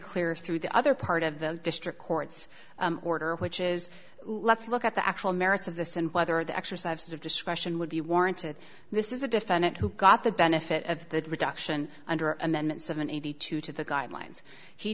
clear through the other part of the district court's order which is let's look at the actual merits of this and whether the exercise of discretion would be warranted this is a defendant who got the benefit of the reduction under amendment seven eighty two to the guidelines he